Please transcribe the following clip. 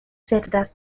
cerdas